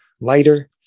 lighter